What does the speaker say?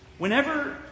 Whenever